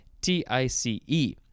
T-I-C-E